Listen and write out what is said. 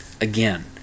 again